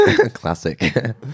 classic